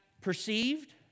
perceived